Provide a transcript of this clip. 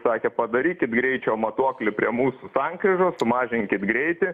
sakė padarykit greičio matuoklį prie mūsų sankryžos sumažinkit greitį